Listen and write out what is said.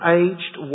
aged